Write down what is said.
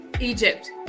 Egypt